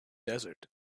desert